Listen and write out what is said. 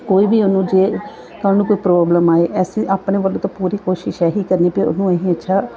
ਕੋਈ ਵੀ ਉਹਨੂੰ ਜੇ ਤੁਹਾਨੂੰ ਕੋਈ ਪ੍ਰੋਬਲਮ ਆਵੇ ਅਸੀਂ ਆਪਣੇ ਵੱਲੋਂ ਤਾਂ ਪੂਰੀ ਕੋਸ਼ਿਸ਼ ਇਹ ਹੀ ਕਰੀ ਬਈ ਉਹਨੂੰ ਇਹ ਅੱਛਾ